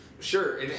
Sure